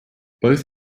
both